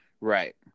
Right